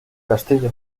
castillo